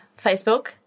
facebook